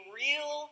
real